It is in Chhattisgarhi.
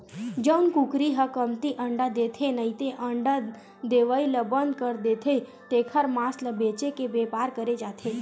जउन कुकरी ह कमती अंडा देथे नइते अंडा देवई ल बंद कर देथे तेखर मांस ल बेचे के बेपार करे जाथे